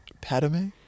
Padme